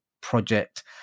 project